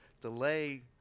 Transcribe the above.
delay